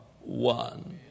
one